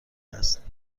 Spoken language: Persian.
هست